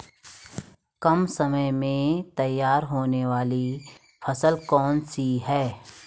कम समय में तैयार होने वाली फसल कौन सी है?